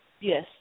Yes